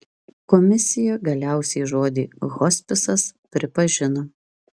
komisija galiausiai žodį hospisas pripažino